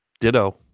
Ditto